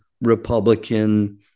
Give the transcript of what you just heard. Republican